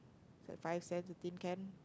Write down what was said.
is like five cents of tin can